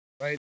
right